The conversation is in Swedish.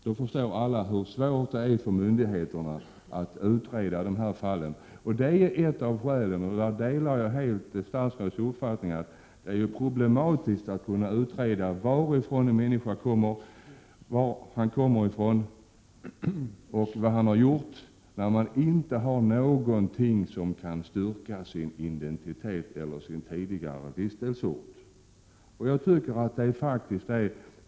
Alla förstår hur svårt det är för myndigheterna att utreda sådana fall. Jag delar helt statsrådets uppfattning att det är förenat med problem att utröna varifrån en person kommer, vad han har gjort m.m., när han inte har någonting som kan styrka hans identitet eller tidigare vistelseort.